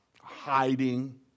hiding